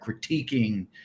critiquing